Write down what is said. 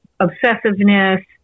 obsessiveness